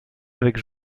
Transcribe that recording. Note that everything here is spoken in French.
avec